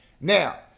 Now